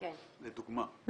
לדוגמה,